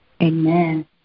Amen